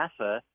NASA